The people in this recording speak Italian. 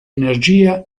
energia